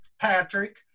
Patrick